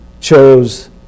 chose